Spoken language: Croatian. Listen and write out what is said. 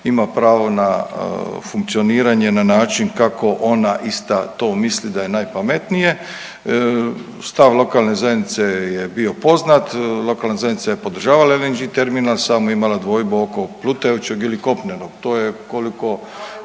ima pravo na funkcioniranje na način kako ona ista to misli da je najpametnije. Stav lokalne zajednice je bio poznat. Lokalna zajednica je podržavala LNG terminal samo je imala dvojbu oko plutajućeg ili kopnenog. To je koliko,